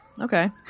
okay